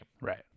right